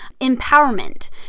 empowerment